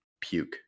puke